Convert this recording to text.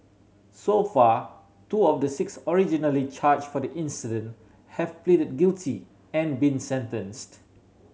so far two of the six originally charged for the incident have pleaded guilty and been sentenced